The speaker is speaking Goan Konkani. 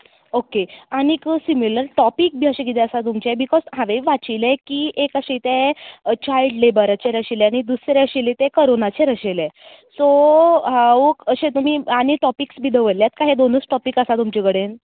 ओके आनीक सिमिलर टॉपीक बी अशें कितें आसा तुमचे बिकोज वाचिल्लें की एक अशें तें चाल्ड लॅबराचेर आशिल्लें आनी दुसरें आशिल्लें तें कॉरोनाचेर आशिल्लें सो हांव अशें तुमी आनीक टॉपिक्स दवरल्यात कांय हे दोनूच टॉपिक्स आसा तुमचे कडेन